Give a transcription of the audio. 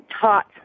taught